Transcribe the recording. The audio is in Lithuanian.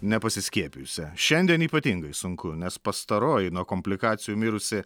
nepasiskiepijusią šiandien ypatingai sunku nes pastaroji nuo komplikacijų mirusi